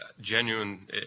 genuine